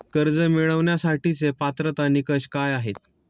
कर्ज मिळवण्यासाठीचे पात्रता निकष काय आहेत?